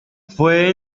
fue